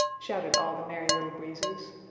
shouted all the merry little breezes.